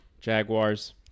Jaguars